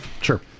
sure